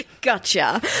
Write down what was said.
Gotcha